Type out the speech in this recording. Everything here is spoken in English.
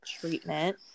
treatment